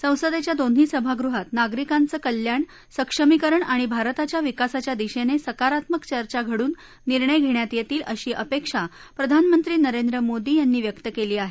संसदेच्या दोन्ही सभागृहात नागरिकांचं कल्याण सक्षमीकरण आणि भारताच्या विकासाच्या दिशेने सकारात्मक चर्चा घडून निर्णय घेण्यात येतील अशी अपेक्षा प्रधानमंत्री नरेंद्र मोदी यांनी व्यक्त केली आहे